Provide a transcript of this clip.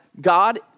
God